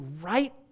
right